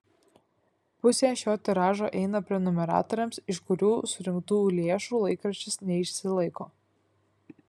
pusė šio tiražo eina prenumeratoriams iš kurių surinktų lėšų laikraštis neišsilaiko